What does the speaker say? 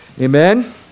Amen